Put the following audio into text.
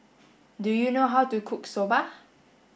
do you know how to cook Soba